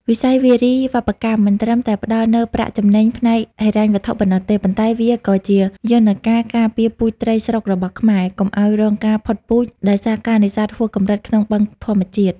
វិស័យវារីវប្បកម្មមិនត្រឹមតែផ្ដល់នូវប្រាក់ចំណេញផ្នែកហិរញ្ញវត្ថុប៉ុណ្ណោះទេ ប៉ុន្តែវាក៏ជាយន្តការការពារពូជត្រីស្រុករបស់ខ្មែរ កុំឱ្យរងការផុតពូជដោយសារការនេសាទហួសកម្រិតក្នុងបឹងធម្មជាតិ។